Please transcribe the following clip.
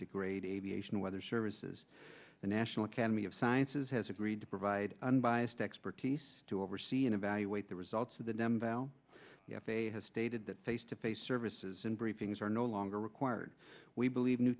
degrade aviation weather services the national academy of sciences has agreed to provide unbiased expertise to oversee and evaluate the results of the dam val the f a a has stated that face to face services and briefings are no longer required we believe new